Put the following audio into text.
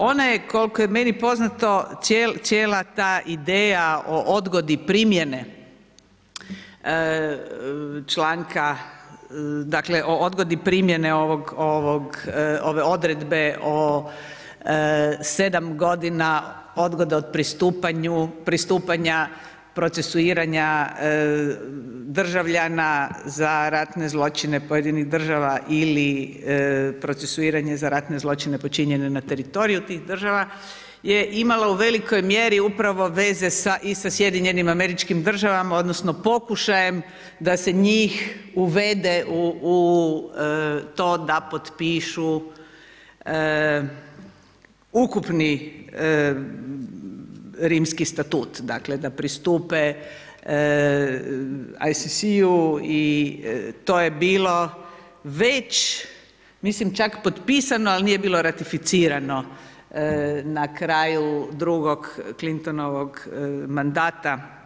Ona je koliko je meni poznato, cijela ta ideja o odgodi primjene članka dakle o odgodi primjene ove odredbe o sedam godina odgode od pristupanja procesuiranja državljana za ratne zločine pojedinih država ili procesuiranje za ratne zločine počinjenje na teritoriju tih država je imalo u velikoj mjeri upravo veze i sa SAD-om odnosno pokušajem da se njih uvede u to da potpišu ukupni Rimski statut, dakle da pristupe ICC-u i to je bilo već mislim čak potpisano ali nije bilo ratificirano na kraju drugog Clintonovog mandata.